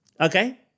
okay